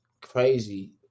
crazy